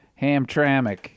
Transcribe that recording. Hamtramck